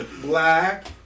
black